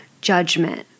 judgment